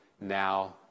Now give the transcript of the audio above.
now